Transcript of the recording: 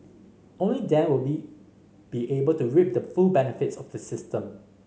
only then will be be able to reap the full benefits of the system